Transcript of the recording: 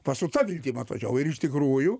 va su ta viltim atvažiavau ir iš tikrųjų